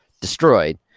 destroyed